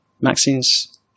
Maxine's